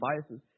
biases